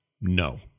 No